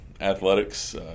athletics